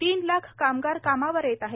तीन लाख कामगार कामावर येत आहेत